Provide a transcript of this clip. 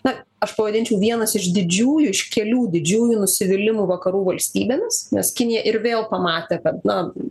na aš pavadinčiau vienas iš didžiųjų iš kelių didžiųjų nusivylimų vakarų valstybėmis nes kinija ir vėl pamatė kad na